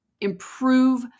improve